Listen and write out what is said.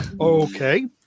Okay